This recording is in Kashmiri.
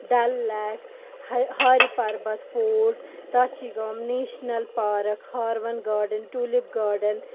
Dal lake Hari Parbat fort Dachigam national park Harwan garden tulip garden